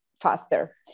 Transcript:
faster